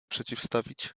przeciwstawić